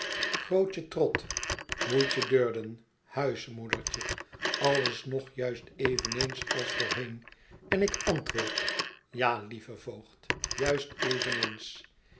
verlaten huis moeitje durden huismoedertje alles nog juist eveneens als voorheen en ik antwoord ja lieve voogd juist eveneens